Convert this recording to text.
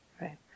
Right